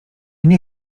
nie